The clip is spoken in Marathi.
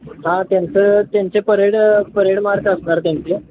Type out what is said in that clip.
हां त्यांचं त्यांचे परेड परेड मार्ग असणार त्यांचे